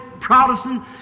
Protestant